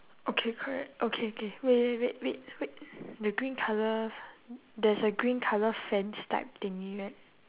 okay correct okay K wait wait wait wait wait the green colour there's a green colour fence type thingy right